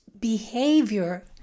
behavior